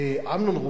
אמנון רובינשטיין,